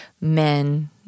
men